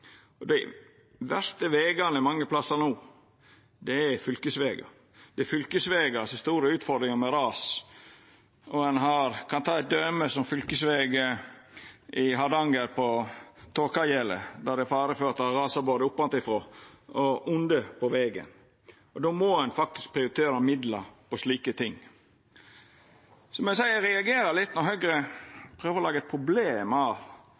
og helse fyrst. Dei verste vegane mange plassar no er fylkesvegane. Det er fylkesvegar som har store utfordringar med ras. Ein kan ta eit døme som fylkesvegen langs Tokagjelet i Hardanger der det er fare for at det rasar både ovanfrå og under vegen. Då må ein faktisk prioritera midlar til slike ting. Eg må seia eg reagerer litt når Høgre prøver å laga eit problem av